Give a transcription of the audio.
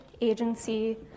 agency